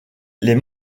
les